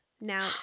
Now